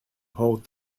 hold